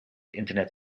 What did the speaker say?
internet